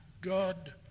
God